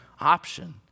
option